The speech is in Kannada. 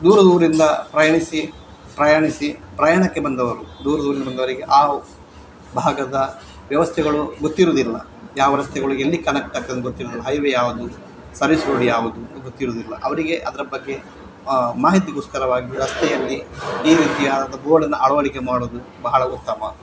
ದೂರದೂರಿಂದ ಪ್ರಯಾಣಿಸಿ ಪ್ರಯಾಣಿಸಿ ಪ್ರಯಾಣಕ್ಕೆ ಬಂದವರು ದೂರದ ಊರಿಂದ ಬಂದವರಿಗೆ ಆ ಭಾಗದ ವ್ಯವಸ್ಥೆಗಳು ಗೊತ್ತಿರೋದಿಲ್ಲ ಯಾವ ರಸ್ತೆಗಳು ಎಲ್ಲಿ ಕನೆಕ್ಟ್ ಆಗ್ತದಂತ ಗೊತ್ತಿರೋದಿಲ್ಲ ಹೈವೆ ಯಾವುದು ಸರ್ವಿಸ್ ರೋಡ್ ಯಾವುದು ಗೊತ್ತಿರೋದಿಲ್ಲ ಅವರಿಗೆ ಅದರ ಬಗ್ಗೆ ಮಾಹಿತಿಗೋಸ್ಕರವಾಗಿ ರಸ್ತೆಯಲ್ಲಿ ಈ ರೀತಿಯಾದಂಥ ಬೋರ್ಡ್ ಅನ್ನು ಅಳವಡಿಕೆ ಮಾಡುವುದು ಬಹಳ ಉತ್ತಮ